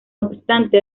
obstante